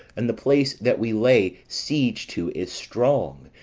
and the place that we lay siege to is strong,